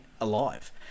alive